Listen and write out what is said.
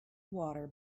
water